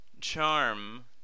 charm